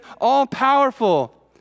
all-powerful